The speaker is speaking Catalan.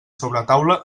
sobretaula